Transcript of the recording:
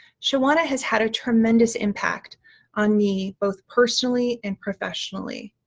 shawana has had a tremendous impact on me both personally and professionally,